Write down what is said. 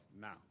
now